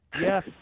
Yes